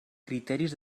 criteris